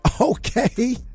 Okay